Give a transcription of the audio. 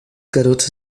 garotas